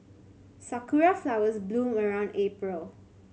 sakura flowers bloom around April